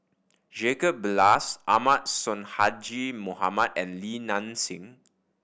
Jacob Ballas Ahmad Sonhadji Mohamad and Li Nanxing